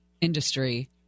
industry